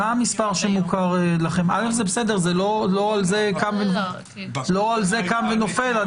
לא על זה קם ונופל.